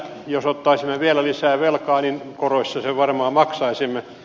jos ottaisimme vielä lisää velkaa niin koroissa sen varmaan maksaisimme